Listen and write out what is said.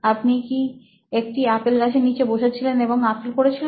আপনি কি একটি আপেল গাছের নিচে বসে ছিলেন এবং আপেল পড়েছিল